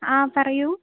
ആ പറയൂ